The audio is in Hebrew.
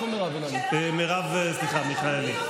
סליחה, מרב מיכאלי.